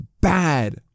bad